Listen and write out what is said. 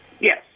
Yes